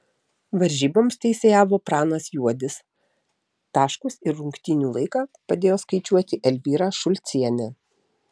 varžyboms teisėjavo pranas juodis taškus ir rungtynių laiką padėjo skaičiuoti elvyra šulcienė